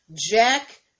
Jack